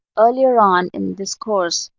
earlier on in this course,